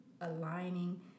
aligning